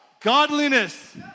Godliness